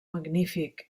magnífic